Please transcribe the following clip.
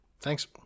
thanks